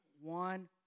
one